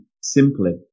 Simply